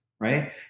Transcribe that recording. Right